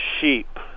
sheep